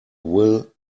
will